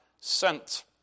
sent